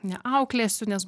neauklėsiu nes